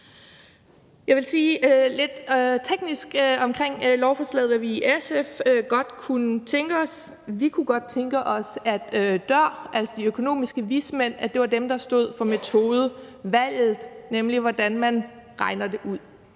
Jeg vil sige lidt teknisk omkring lovforslaget, og hvad vi i SF godt kunne tænke os. Vi kunne godt tænke os, at det var DØR, altså de økonomiske vismænd, der stod for metodevalget, nemlig hvordan man regner det ud,